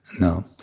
No